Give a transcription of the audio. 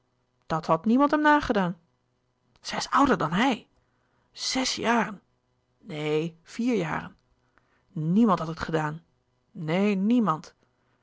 dat had niemand hem nagedaan zij is ouder dan hij zes jaren neen vier jaren niemand had het gedaan neen niemand